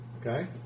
Okay